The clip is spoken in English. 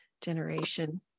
generation